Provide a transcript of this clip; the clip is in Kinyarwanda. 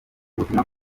ubutumwa